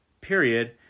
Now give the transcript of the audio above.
period